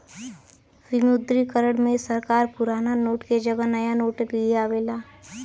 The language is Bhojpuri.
विमुद्रीकरण में सरकार पुराना नोट के जगह नया नोट लियावला